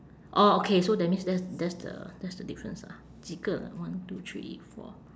orh okay so that means that's that's the that's the difference ah 几个 one two three four